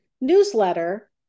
newsletter